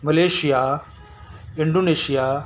Malaysia Indonesia